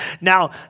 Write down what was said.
Now